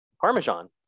parmesan